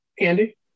Andy